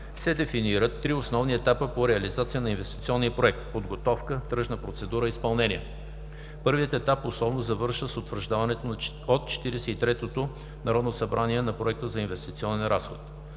се дефинират три основни етапа по реализацията на инвестиционния проект: подготовка, тръжна процедура и изпълнение. Първият етап условно завършва с утвърждаването от Четиридесет и третото народно събрание на Проекта за инвестиционен разход.